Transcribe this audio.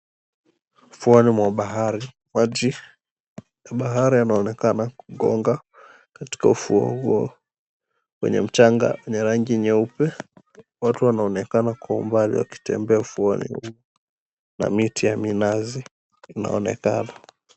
Ufuoni mwa bahari maji ya bahari yanaonekana kugonga kati ufuo huo wenye mchanga wenye rangi nyeupe. Watu wanaonekana kwa umbali wakitembea ufuoni huu na miti ya mizani inaonekana.